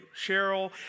Cheryl